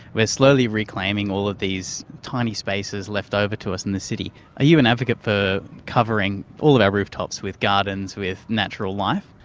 slowly reclaiming all of these tiny spaces left over to us in the city. are you an advocate for covering all of our rooftops with gardens, with natural life?